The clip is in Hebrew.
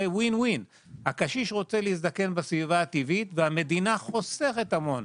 זה Win Win. הקשיש רוצה להזדקן בסביבתו הטבעית והמדינה חוסכת מכך המון.